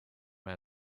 were